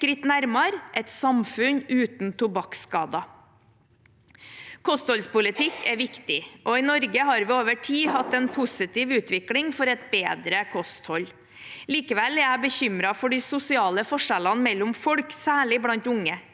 ett skritt nærmere et samfunn uten tobakksskader. Kostholdspolitikk er viktig, og i Norge har vi over tid har hatt en positiv utvikling for et bedre kosthold. Likevel er jeg bekymret for de sosiale forskjellene mellom folk, særlig blant unge.